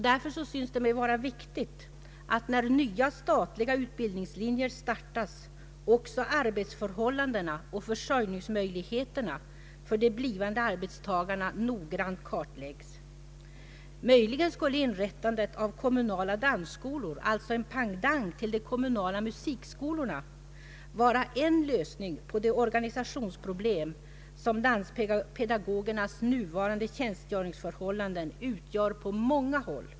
Därför syns det mig vara viktigt att när nya statliga utbildningslinjer startas också arbetsförhållandena och försörjningsmöjligheterna för de blivande arbetstagarna noggrant kartlägges. Möjligen skulle inrättandet av kom munala dansskolor — alltså en pendang till de kommunala musikskolorna — vara en lösning på det organisationsproblem som danspedagogernas nuvarande tjänstgöringsförhållanden — utgör = på många håll.